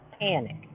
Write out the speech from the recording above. panic